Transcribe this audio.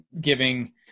giving